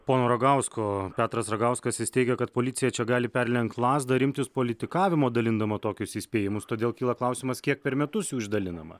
pono ragausko petras ragauskas jis teigia kad policija čia gali perlenkt lazdą ir imtis politikavimo dalindama tokius įspėjimus todėl kyla klausimas kiek per metus jų išdalinama